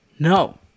no